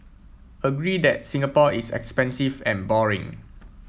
agree that Singapore is expensive and boring